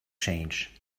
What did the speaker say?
change